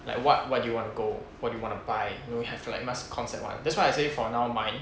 like what what do you want go what do you want to buy you have like must concept one that's why I say for now mine